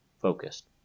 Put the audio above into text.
focused